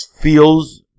feels